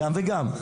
גם וגם.